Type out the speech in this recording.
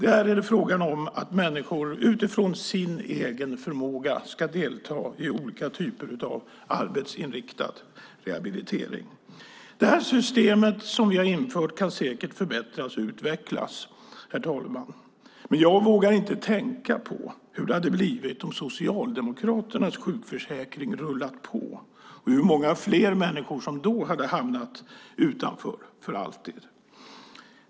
Där är det fråga om att människor utifrån sin egen förmåga ska delta i olika typer av arbetsinriktad rehabilitering. Det system som vi har infört kan säkert förbättras och utvecklas, herr talman. Men jag vågar inte tänka på hur det hade blivit om Socialdemokraternas sjukförsäkring rullat på och hur många fler människor som då hade hamnat utanför för alltid.